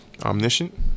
Omniscient